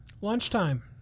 Lunchtime